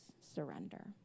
surrender